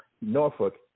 Norfolk